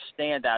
standout